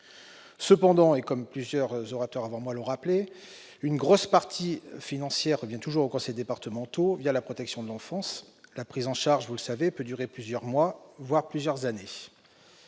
Cependant, et comme plusieurs orateurs avant moi l'ont rappelé, une grosse partie du financement revient toujours aux conseils départementaux, la protection de l'enfance. En effet, comme vous le savez, la prise en charge peut durer plusieurs mois, voire plusieurs années.